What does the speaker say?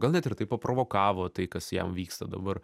gal net ir taip paprovokavo tai kas jam vyksta dabar